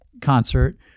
concert